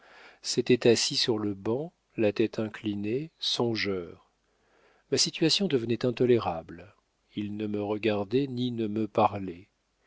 s'était assis sur le banc la tête inclinée songeur ma situation devenait intolérable il ne me regardait ni ne me parlait